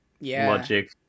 logic